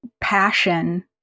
passion